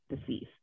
deceased